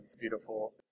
beautiful